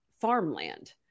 farmland